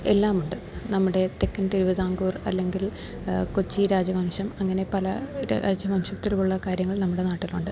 എല്ലാമുണ്ട് നമ്മുടെ തെക്കൻ തിരുവിതാംകൂർ അല്ലെങ്കിൽ കൊച്ചി രാജവംശം അങ്ങനെ പല രാജവംശത്തിലുള്ള കാര്യങ്ങൾ നമ്മുടെ നാട്ടിലുണ്ട്